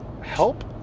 help